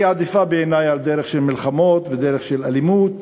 היא עדיפה בעיני על דרך של מלחמות ודרך של אלימות